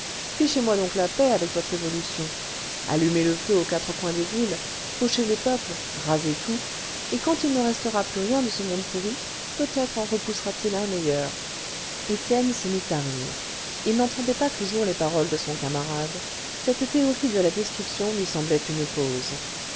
fichez-moi donc la paix avec votre évolution allumez le feu aux quatre coins des villes fauchez les peuples rasez tout et quand il ne restera plus rien de ce monde pourri peut-être en repoussera t il un meilleur étienne se mit à rire il n'entendait pas toujours les paroles de son camarade cette théorie de la destruction lui semblait une pose